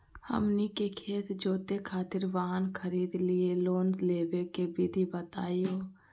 हमनी के खेत जोते खातीर वाहन खरीदे लिये लोन लेवे के विधि बताही हो?